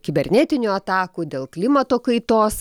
kibernetinių atakų dėl klimato kaitos